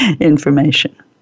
information